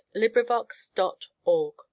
LibriVox.org